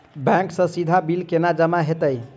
Bank सँ सीधा bill केना जमा होइत?